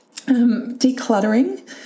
Decluttering